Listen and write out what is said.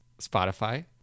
Spotify